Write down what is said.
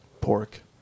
Pork